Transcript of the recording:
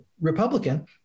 Republican